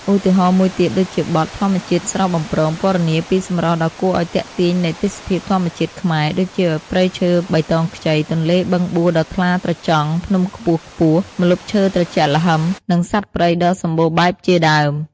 ឧទាហរណ៍មួយទៀតដូចជាបទ "ធម្មជាតិស្រស់បំព្រង" ពណ៌នាពីសម្រស់ដ៏គួរឲ្យទាក់ទាញនៃទេសភាពធម្មជាតិខ្មែរ ដូចជាព្រៃឈើបៃតងខ្ចី ទន្លេបឹងបួដ៏ថ្លាត្រចង់ ភ្នំខ្ពស់ៗ ម្លប់ឈើត្រជាក់ល្ហឹម និងសត្វព្រៃដ៏សម្បូរបែបជាដើម។